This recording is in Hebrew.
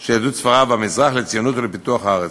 של יהדות ספרד והמזרח לציונות ולפיתוח הארץ,